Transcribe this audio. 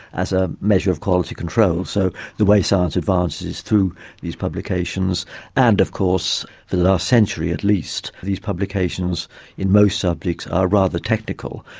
as a measure of quality control. so the way science advances through these publications and of course the last century at least, these publications in most subjects are rather technical,